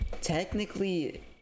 technically